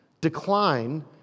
decline